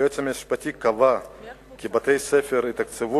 היועץ המשפטי קבע כי בתי-ספר יתוקצבו